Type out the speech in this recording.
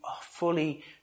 fully